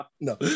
No